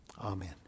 Amen